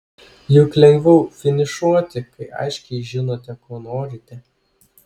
juk lengviau finišuoti kai aiškiai žinote ko norite